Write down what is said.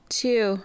two